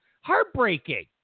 heartbreaking